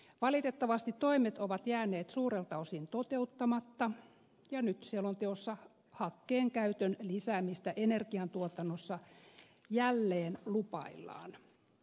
valitettavasti toimet ovat jääneet suurelta osin toteuttamatta ja nyt selonteossa hakkeen käytön lisäämistä energiantuotannossa jälleen lupaillaan